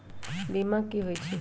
बीमा कि होई छई?